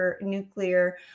nuclear